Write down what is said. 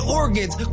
organs